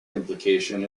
implication